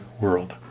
world